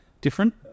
different